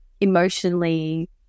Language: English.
emotionally